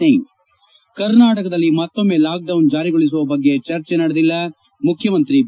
ಸಿಂಗ್ ಕರ್ನಾಟಕದಲ್ಲಿ ಮತ್ತೊಮ್ನೆ ಲಾಕ್ಡೌನ್ ಜಾರಿಗೊಳಿಸುವ ಬಗ್ಗೆ ಚರ್ಚೆ ನಡೆದಿಲ್ಲ ಮುಖ್ಯಮಂತ್ರಿ ಬಿ